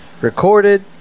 recorded